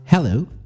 Hello